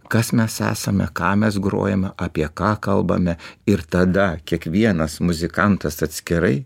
kas mes esame ką mes grojame apie ką kalbame ir tada kiekvienas muzikantas atskirai